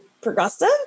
progressive